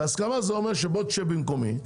זה אומר שתשב במקומי,